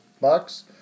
Bucks